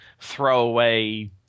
throwaway